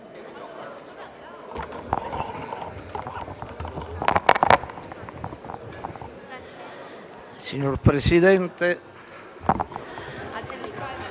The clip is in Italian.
Signor Presidente,